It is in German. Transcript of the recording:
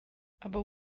aber